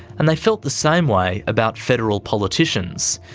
and they felt the same way about federal politicians.